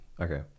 Okay